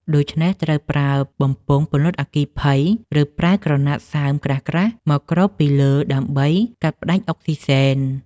ដូច្នេះត្រូវប្រើបំពង់ពន្លត់អគ្គីភ័យ ឬប្រើក្រណាត់សើមក្រាស់ៗមកគ្របពីលើដើម្បីកាត់ផ្ដាច់អុកស៊ីសែន។